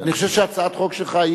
אני חושב שהצעת החוק שלך,